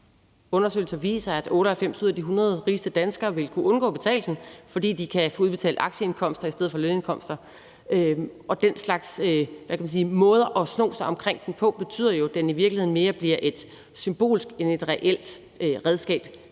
Undersøgelser viser, at 98 ud af de 100 rigeste danskere vil kunne undgå at betale den, fordi de kan udbetale aktieindkomster i stedet for lønindkomster, og den slags måder at sno sig omkring den på, betyder jo, at den i virkeligheden mere bliver et symbolsk end et reelt redskab